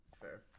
Fair